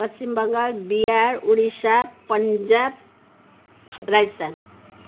Paschim Bengal Bihar Odisha Punjab Rajasthan